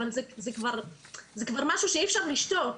אבל זה כבר משהו שאי אפשר לשתוק.